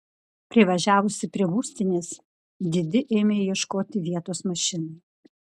privažiavusi prie būstinės didi ėmė ieškoti vietos mašinai